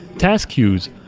task queues.